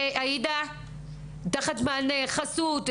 חסות,